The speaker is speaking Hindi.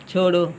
छोड़ो